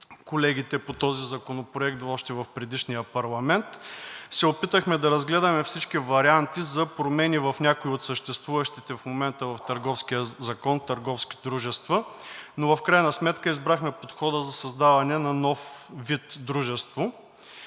колегите по този законопроект още в предишния парламент, се опитахме да разгледаме всички варианти за промени в някои от съществуващите в момента в Търговския закон търговски дружества, но в крайна сметка избрахме подхода за създаване на нов вид дружество.